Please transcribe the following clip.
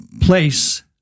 place